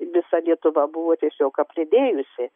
visa lietuva buvo tiesiog apledėjusi